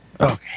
Okay